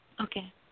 Okay